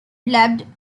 developed